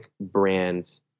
brands